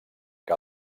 que